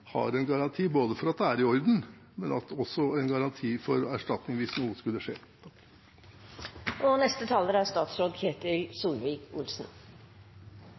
har en garanti både for at det er i orden, og også en garanti for erstatning hvis noe skulle skje.